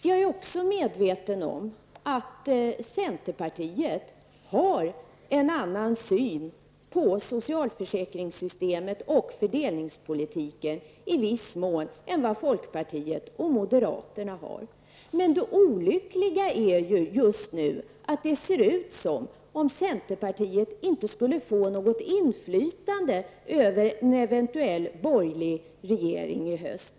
Jag är också medveten om att centerpartiet i viss mån har en annan syn på socialförsäkringssystemet och fördelningspolitiken än folkpartiet och moderaterna. Men det olyckliga är ju just nu att det ser ut som om centerpartiet inte skulle få något inflytande över en eventuell borgerlig regering i höst.